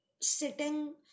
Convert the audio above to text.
sitting